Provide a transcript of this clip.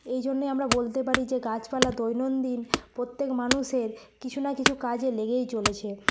এই জন্যেই আমরা বলতে পারি যে গাছপালা দৈনন্দিন প্রত্যেক মানুষের কিছু না কিছু কাজে লেগেই চলেছে